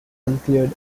include